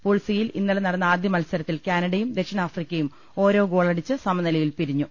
pool സിയിൽ ഇന്നലെ നടന്ന ആദ്യമത്സരത്തിൽ കാനഡയും ദക്ഷിണാഫ്രിക്കയും ഓരോ ഗോളടിച്ച് സമനിലയിൽ പിരിഞ്ഞു